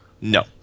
No